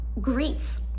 greets